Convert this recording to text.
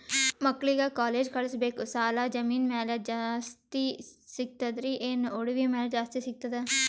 ಮಕ್ಕಳಿಗ ಕಾಲೇಜ್ ಕಳಸಬೇಕು, ಸಾಲ ಜಮೀನ ಮ್ಯಾಲ ಜಾಸ್ತಿ ಸಿಗ್ತದ್ರಿ, ಏನ ಒಡವಿ ಮ್ಯಾಲ ಜಾಸ್ತಿ ಸಿಗತದ?